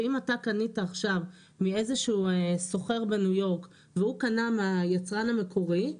אם אתה קנית עכשיו מאיזשהו סוחר בניו יורק והוא קנה מהיצרן המקורי,